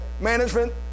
management